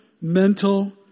mental